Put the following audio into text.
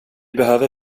behöver